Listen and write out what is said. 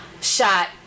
shot